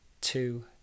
two